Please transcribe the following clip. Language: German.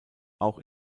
auch